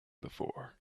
before